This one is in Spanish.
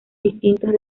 distintos